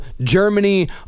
Germany